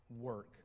work